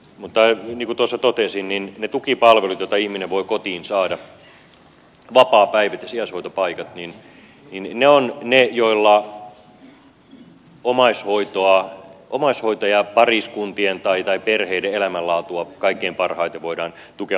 mutta niin kuin tuossa totesin niin ne tukipalvelut joita ihminen voi kotiin saada vapaapäivät ja sijaishoitopaikat ovat ne joilla omaishoitajapariskuntien tai perheiden elämänlaatua kaikkein parhaiten voidaan tukea